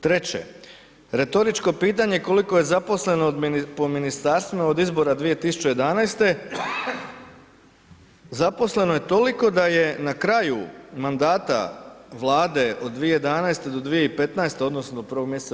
Treće, retoričko pitanje koliko je zaposleno po ministarstvima od izbora 2011., zaposleno je toliko da je na kraju mandata Vlade od 2011. do 2015. odnosno do 1. mj.